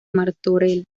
martorell